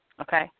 okay